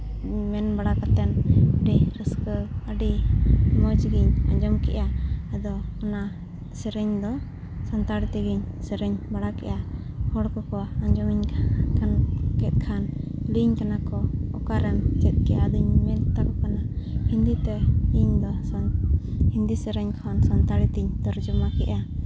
ᱢᱮᱱ ᱵᱟᱲᱟ ᱠᱟᱛᱮᱫ ᱟᱹᱰᱤ ᱨᱟᱹᱥᱠᱟᱹ ᱟᱹᱰᱤ ᱢᱚᱡᱽ ᱜᱤᱧ ᱟᱸᱡᱚᱢ ᱠᱮᱜᱼᱟ ᱟᱫᱚ ᱚᱱᱟ ᱥᱮᱨᱮᱧ ᱫᱚ ᱥᱟᱱᱛᱟᱲᱤ ᱛᱮᱜᱤᱧ ᱥᱮᱨᱮᱧ ᱵᱟᱲᱟ ᱠᱮᱜᱼᱟ ᱦᱚᱲ ᱠᱚᱠᱚ ᱟᱡᱚᱢᱤᱧ ᱠᱮᱫ ᱠᱷᱟᱱ ᱠᱩᱞᱤᱭᱤᱧ ᱠᱟᱱᱟ ᱠᱚ ᱚᱠᱟᱨᱮᱢ ᱪᱮᱫ ᱠᱮᱜᱼᱟ ᱟᱫᱚᱧ ᱢᱮᱛᱟᱠᱚ ᱠᱟᱱᱟ ᱦᱤᱱᱫᱤ ᱛᱮ ᱤᱧ ᱫᱚ ᱦᱤᱱᱫᱤ ᱥᱮᱨᱮᱧ ᱠᱷᱚᱱ ᱥᱟᱱᱛᱟᱲᱤ ᱛᱤᱧ ᱛᱚᱨᱡᱚᱢᱟ ᱠᱮᱜᱼᱟ